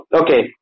okay